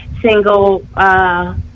single